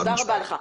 תודה רבה לך.